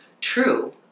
True